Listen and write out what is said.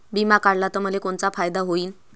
बिमा काढला त मले कोनचा फायदा होईन?